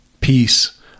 peace